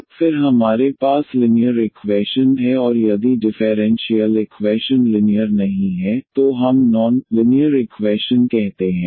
तो फिर हमारे पास लिनियर इक्वैशन है और यदि डिफेरेंशीयल इक्वैशन लिनियर नहीं है तो हम नॉन लिनियर इक्वैशन कहते हैं